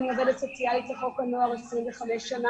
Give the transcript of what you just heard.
אני עובדת סוציאלית לחוק הנוער 25 שנים.